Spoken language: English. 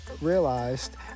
realized